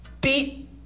beat